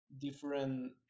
different